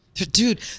dude